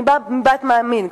אני באה מבית מאמין,